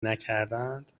نکردند